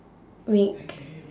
make